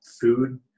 food